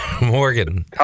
Morgan